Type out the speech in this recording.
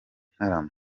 ntarama